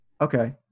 Okay